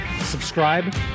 subscribe